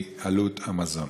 מעלות המזון.